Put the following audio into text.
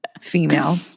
female